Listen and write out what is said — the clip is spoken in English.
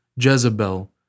Jezebel